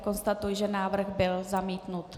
Konstatuji, že návrh byl zamítnut.